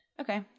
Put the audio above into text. Okay